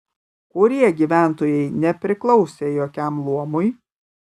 kurie gyventojai nepriklausė jokiam luomui